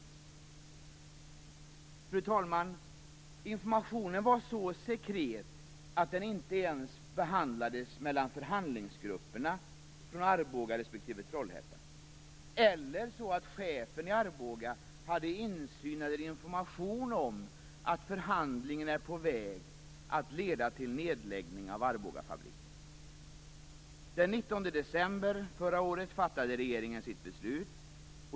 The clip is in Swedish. Det var alltså statssekreterarnas uppfattning. Fru talman! Informationen var så sekret att den inte ens behandlades mellan förhandlingsgrupperna från Arboga respektive Trollhättan. Inte heller hade chefen i Arboga insyn i eller information om att förhandlingen var på väg att leda till nedläggning av Den 19 december förra året fattade regeringen sitt beslut.